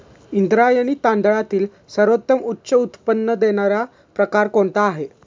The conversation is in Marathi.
इंद्रायणी तांदळातील सर्वोत्तम उच्च उत्पन्न देणारा प्रकार कोणता आहे?